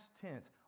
tense